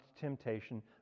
temptation